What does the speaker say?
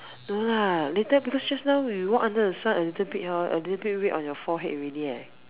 because just now we walk under the sun a little bit hor a little bit red on your forehead already leh